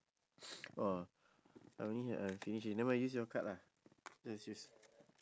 orh are we uh finishing nevermind you use your card lah just use